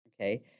okay